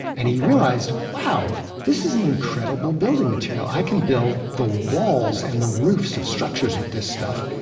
and he realized, wow. this is an incredible building material. i can build the walls and the roofs of structures with this stuff.